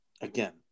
again